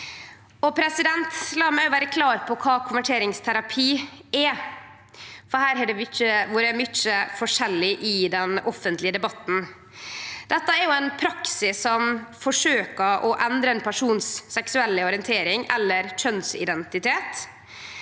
La meg òg vere klar på kva konverteringsterapi er, for her har det vore mykje forskjellig i den offentlege debatten. Det er ein praksis som forsøkjer å endre den seksuelle orienteringa eller kjønnsidentiteten